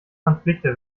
konflikte